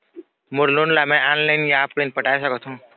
मोर loan ला मैं online या ऑफलाइन पटाए सकथों?